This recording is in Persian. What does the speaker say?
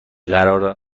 قرار